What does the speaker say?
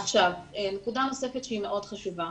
נקודה נוספת שהיא מאוד חשובה.